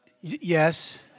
Yes